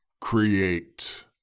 create